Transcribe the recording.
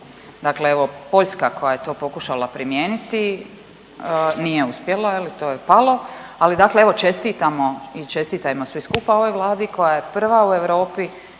Dakle evo Poljska koja je to pokušala primijeniti nije uspjela je li, to je palo, ali dakle evo čestitamo i čestitajmo svi skupa ovoj Vladi koja je prva u Europi